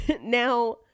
Now